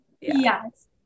Yes